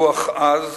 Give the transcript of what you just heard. רוח עז,